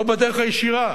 לא בדרך הישירה,